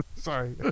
Sorry